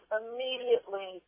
immediately